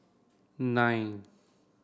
nine